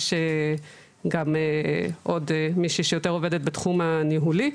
יש גם עוד מישהי שיותר עובדת בתחום הניהולי,